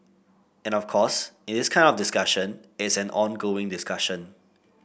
and of course in this kind of discussion it's an ongoing discussion